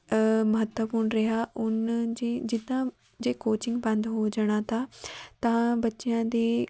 ਮਹੱਤਵਪੂਰਨ ਰਿਹਾ ਉਨ ਜੀ ਜਿੱਦਾਂ ਜੇ ਕੋਚਿੰਗ ਬੰਦ ਹੋ ਜਾਣਾ ਤਾ ਤਾਂ ਬੱਚਿਆਂ ਦੇ